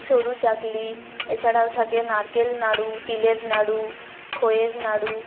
সরু চাকলি এ ছাড়াও থাকে নারকেল নাড়ু তিলের নাড়ু খইয়ের নাড়ু